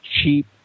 cheap